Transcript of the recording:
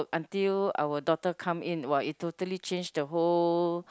until our daughter come in !wah! it totally change the whole